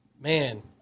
Man